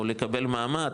או לקבל מעמד,